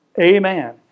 amen